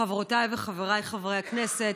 חברותיי וחבריי חברי הכנסת,